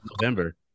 November